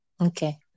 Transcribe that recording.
Okay